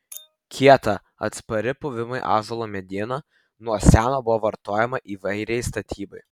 kieta atspari puvimui ąžuolo mediena nuo seno buvo vartojama įvairiai statybai